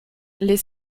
les